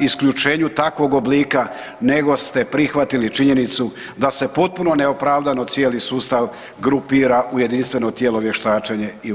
isključenju takvog oblika nego ste prihvatili činjenicu da se potpuno neopravdano cijeli sustav grupira u jedinstveno tijelo vještačenja i ZOSI.